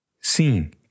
Sim